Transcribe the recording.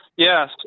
Yes